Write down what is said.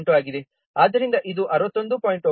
8 ಆಗಿದೆ ಆದ್ದರಿಂದ ಇದು 61